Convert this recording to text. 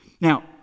Now